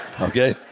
Okay